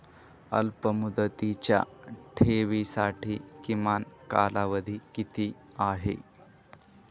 अल्पमुदतीच्या ठेवींसाठी किमान कालावधी किती आहे?